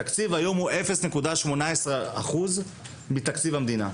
התקציב היום הוא 0.18% מתקציב המדינה,